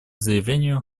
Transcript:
заявлению